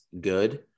good